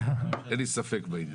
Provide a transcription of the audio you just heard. אין לי ספק בעניין.